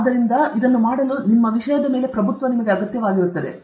ಆದ್ದರಿಂದ ಇದನ್ನು ಮಾಡಲು ನಮ್ಮ ವಿಷಯದ ಆಜ್ಞೆಯು ಇದಕ್ಕೆ ಅಗತ್ಯವಾಗಿರುತ್ತದೆ